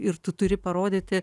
ir tu turi parodyti